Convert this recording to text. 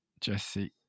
jesse